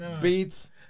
beats